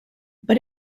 but